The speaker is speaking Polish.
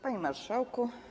Panie Marszałku!